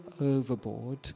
overboard